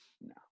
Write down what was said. No